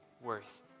worth